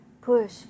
push